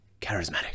charismatic